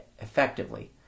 effectively